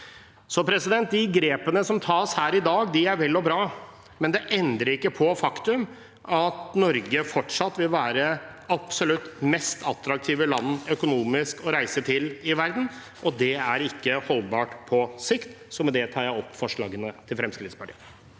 engangsstønad. De grepene som tas her i dag, er vel og bra, men det endrer ikke på det faktum at Norge fortsatt vil være det absolutt mest attraktive landet økonomisk å reise til i verden, og det er ikke holdbart på sikt. Med det tar jeg opp forslagene fra Fremskrittspartiet.